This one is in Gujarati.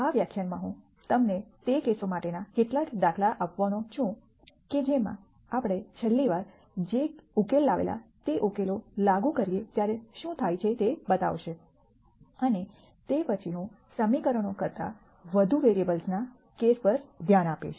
આ વ્યાખ્યાનમાં હું તમને તે કેસો માટેના કેટલાક દાખલા આપવાનો છું કે જેમાં આપણે છેલ્લી વાર જે ઉકેલ લાવેલા તે ઉકેલો લાગુ કરીએ ત્યારે શું થાય છે તે બતાવશે અને તે પછી હું સમીકરણો કરતાં વધુ વેરીએબલ્સના કેસ પર ધ્યાન આપીશ